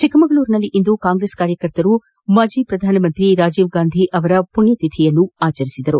ಚಿಕ್ಕಮಗಳೂರಿನಲ್ಲಿಂದು ಕಾಂಗ್ರೆಸ್ ಕಾರ್ಯಕರ್ತರು ಮಾಜಿ ಪ್ರಧಾನಿ ರಾಜೀವ್ ಗಾಂಧಿ ಅವರ ಮಣ್ಯತಿಥಿಯನ್ನು ಆಚರಿಸಿದರು